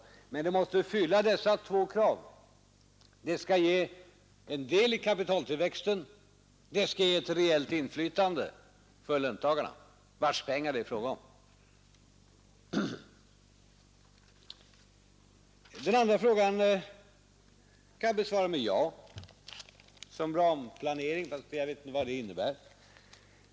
Men det sätt man väljer måste fylla dessa två krav: det skall ge del i kapitaltillväxten, det skall ge ett reellt inflytande för löntagarna, vilkas pengar det är fråga om. Den andra frågan kan jag besvara med ja, fast jag inte vet vad ramplanering innebär.